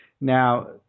Now